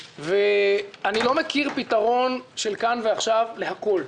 אני לא מכיר פתרון של כאן ועכשיו לכול.